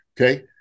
okay